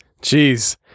Jeez